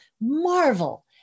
marvel